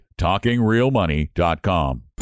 talkingrealmoney.com